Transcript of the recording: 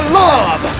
love